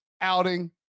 outing